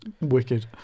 wicked